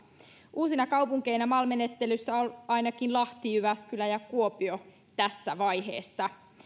uusina kaupunkeina mal menettelyssä on ainakin lahti jyväskylä ja kuopio tässä vaiheessa